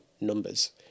numbers